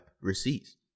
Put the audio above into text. receipts